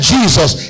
Jesus